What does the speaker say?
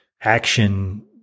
action